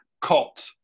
cot